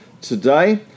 today